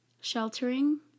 sheltering